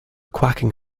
quacking